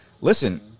listen